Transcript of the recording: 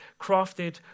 crafted